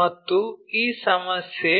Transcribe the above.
ಮತ್ತು ಈ ಸಮಸ್ಯೆ